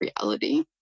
reality